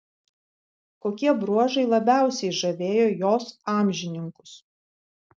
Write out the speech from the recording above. kokie bruožai labiausiai žavėjo jos amžininkus